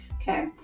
okay